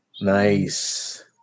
Nice